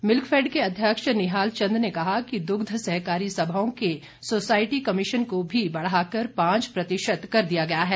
Milkfed के अध्यक्ष निहाल चंद ने कहा कि दुग्ध सहकारी सभाओं के सोसाइटी कमीशन को भी बढ़ाकर पांच प्रतिशत कर दिया गया है